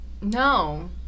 No